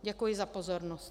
Děkuji za pozornost.